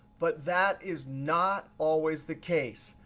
but that is not always the case.